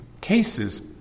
cases